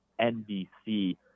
NBC